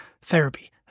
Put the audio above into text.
therapy